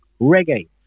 reggae